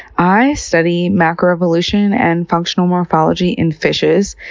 i study macroevolution and functional morphology in fishes.